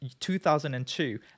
2002